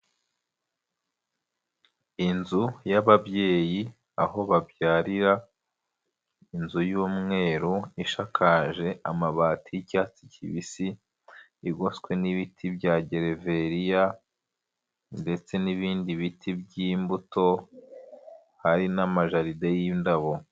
Inzu y'ababyeyi, aho babyarira, inzu y'umweru, ishakaje amabati y'icyatsi kibisi, igoswe n'ibiti bya gereveriya ndetse n'ibindi biti by'imbuto, hari n'amajaride y'indabo.